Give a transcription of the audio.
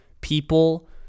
people